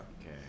Okay